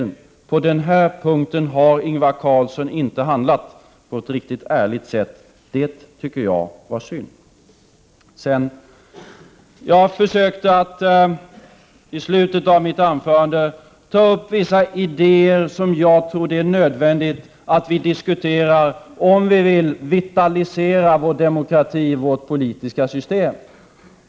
Men på den här punkten har Ingvar Carlsson inte handlat på ett riktigt ärligt sätt. Det tycker jag var synd. I slutet av mitt anförande försökte jag ta upp vissa idéer som jag tror att det är nödvändigt att vi diskuterar om vi vill vitalisera vår demokrati och vårt politiska system.